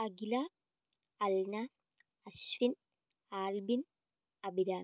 Akhila Alna Ashwin Albin Abhirami